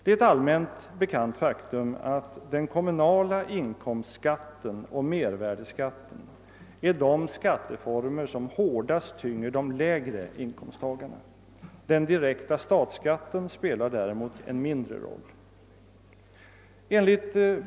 Det är ett allmänt bekant faktum att den kommunala inkomstskatten och mervärdeskatten är de skatteformer som hårdast tynger de lägre inkomsttagarna. Den direkta statsskatten spelar däremot mindre roll.